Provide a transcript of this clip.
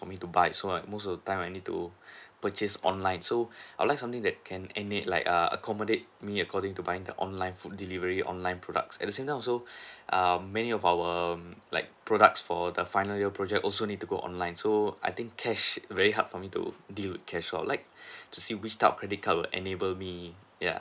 for me to buy so most of the time I need to purchase online so I would like something that can and make like err accommodate me according to buying the online food delivery online products at the same time also um many of our like products for the final year project also need to go online so I think cash very hard for me to deal cash so I would like to see which type of credit card will enable me ya